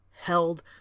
held